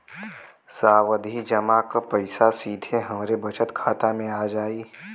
सावधि जमा क पैसा सीधे हमरे बचत खाता मे आ जाई?